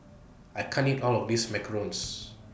I can't eat All of This Macarons